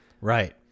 right